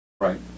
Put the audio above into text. Right